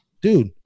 dude